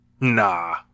Nah